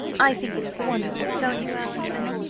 i think it is wonderful don't you, allison?